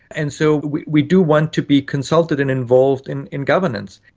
and so we we do want to be consulted and involved in in governance.